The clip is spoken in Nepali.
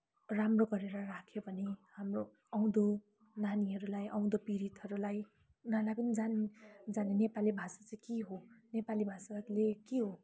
राम्रो गरेर राख्यो भने हाम्रो आउँदो नानीहरूलाई आउँदो पिँडीहरूलाई उनाहरूलाई पनि जान जाने नेपाली भाषा चाहिँ के हो नेपाली भाषाले के हो